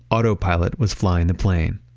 autopilot was flying the plane.